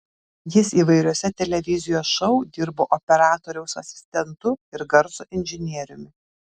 jis įvairiuose televizijos šou dirbo operatoriaus asistentu ir garso inžinieriumi